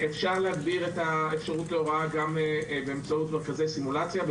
אפשר להגביר את האפשרות להוראה גם באמצעות מרכזי סימולציה.